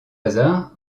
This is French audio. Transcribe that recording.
hasard